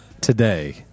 today